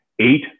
eight